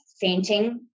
fainting